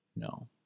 No